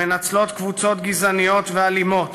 מנצלות קבוצות גזעניות ואלימות